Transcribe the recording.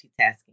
multitasking